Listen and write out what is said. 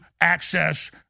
access